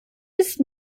ist